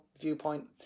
viewpoint